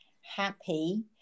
happy